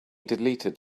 deleted